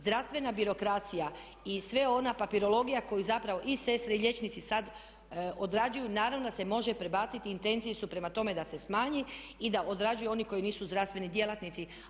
Zdravstvena birokracija i sva ona papirologiju koju zapravo i sestre i liječnici sad odrađuju naravno da se može prebaciti i intencije su prema tome da se smanji i da odrađuju oni koji nisu zdravstveni djelatnici.